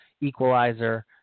equalizer